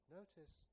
Notice